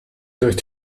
durch